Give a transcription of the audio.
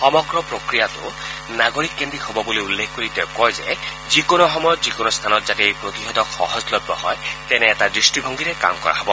সমগ্ৰ প্ৰক্ৰিয়াটো নাগৰিককেদ্ৰিক হ'ব বুলি উল্লেখ কৰি তেওঁ কয় যে যিকোনো সময়ত যিকোনো স্থানত যাতে এই প্ৰতিষেধক সহজলভ্য হয় তেনে এটা দৃষ্টিভংগীৰে কাম কৰা হ'ব